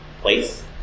place